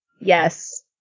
Yes